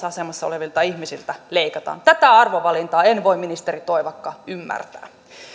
asemassa olevilta ihmisiltä leikataan tätä arvovalintaa en voi ministeri toivakka ymmärtää